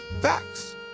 Facts